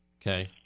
Okay